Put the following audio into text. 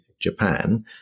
Japan